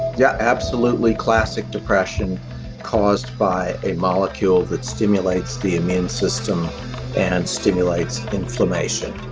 yeah, absolutely classic depression caused by a molecule that stimulates the immune system and stimulates inflammation.